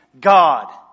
God